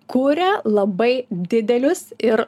kuria labai didelius ir